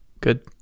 Good